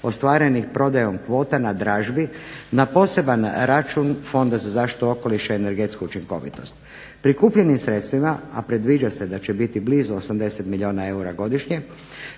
ostvarenih prodajom kvota na dražbi na poseban račun Fonda za zaštitu okoliša i energetsku učinkovitost. Prikupljenim sredstvima, a predviđa se da će biti blizu 80 milijuna eura godišnje,